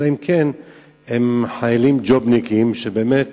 אלא אם כן הם חיילים ג'ובניקים שבאמת